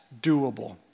doable